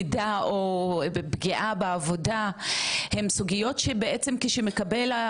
הם סוגיות שבעצם כשמקבל או מקבלת העובדת הזרה כשהיא נכנסת לארץ,